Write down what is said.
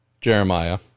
Jeremiah